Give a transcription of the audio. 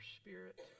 spirit